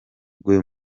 rwe